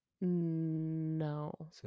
No